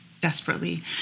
desperately